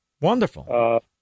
Wonderful